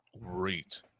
great